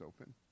open